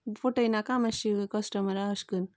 फटयनाकात मातशे कस्टमरांक अशें कन्न